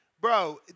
bro